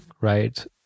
right